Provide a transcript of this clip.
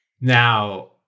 Now